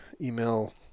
email